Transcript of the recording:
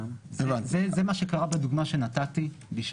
זה מה שקרה בדוגמה שנתתי.